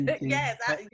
Yes